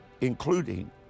including